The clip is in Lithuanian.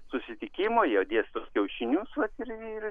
susitikimo jie dės tuos kiaušinius vat ir